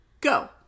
Go